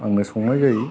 आंनो संनाय जायो